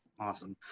awesome.